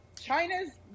China's